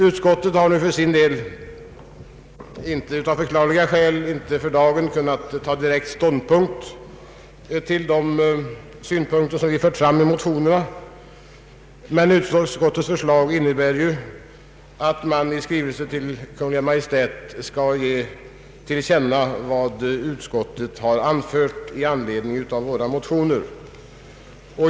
Utskottet har av förklarliga skäl inte för dagen kunnat ta direkt ställning till de synpunkter som vi fört fram i motionerna, men utskottets förslag innebär ju att riksdagen i skrivelse till Kungl. Maj:t skall ge till känna vad utskottet anfört i anledning av våra motioner.